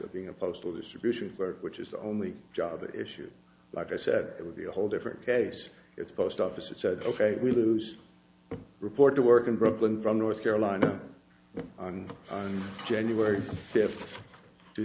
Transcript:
of being a postal distribution work which is the only job that issues like i said it would be a whole different case it's a post office that said ok we lose report to work in brooklyn from north carolina on january